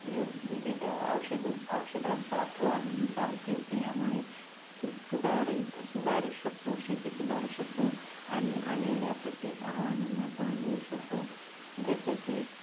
युद् विविध औषध औषधांचा फवारणींचा उपयोग केल्यामुळे सु सुधार सुधारी शकतो शेती सुधारू शकतो आणि आलेल्या प्रत्येक आव्हानांना तोंड देऊ शकतो जसं की